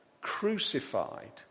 crucified